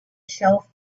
shelf